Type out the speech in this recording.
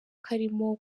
karimo